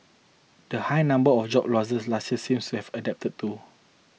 the high number of job losses last year seems to have abated too